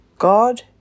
God